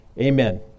Amen